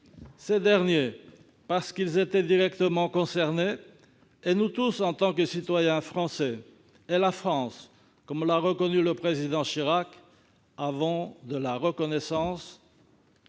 Ces derniers, parce qu'ils étaient directement concernés, nous tous, en tant que citoyens français, et la France, comme l'a reconnu le président Chirac, avons pour la Polynésie